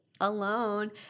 alone